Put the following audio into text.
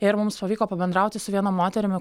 ir mums pavyko pabendrauti su viena moterimi